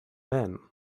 ben